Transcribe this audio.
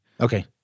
okay